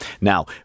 Now